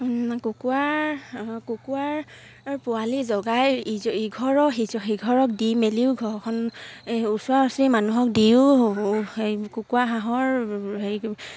কুকুৰাৰ পোৱালি জগাই ইঘৰৰ সিঘৰক দি মেলিও ঘৰখন ওচৰা ওচৰি মানুহক দিও কুকুৰা হাঁহৰ হেৰি